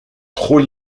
trop